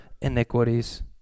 iniquities